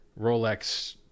rolex